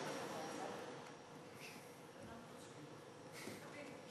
הנושא לוועדת הפנים והגנת הסביבה